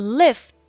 lift